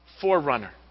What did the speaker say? forerunner